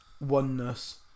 oneness